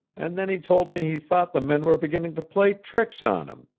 and then he told me he thought the men were beginning to play tricks on him,